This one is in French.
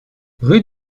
rue